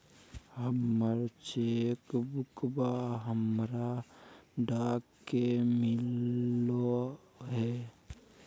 हमर चेक बुकवा हमरा डाक से मिललो हे